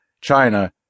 China